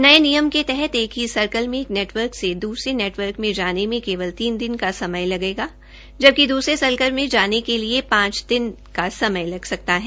नये नियम के तहत एक ही सर्कल में एक नेटवर्क से दूसरे नेटवर्क में जाने में केवल तीन का समय लगेगा जबकि द्रसरे सर्कल में जाने के लिए पांच दिन का समय लग सकता है